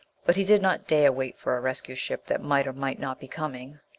but he did not dare wait for a rescue ship that might or might not be coming!